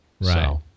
Right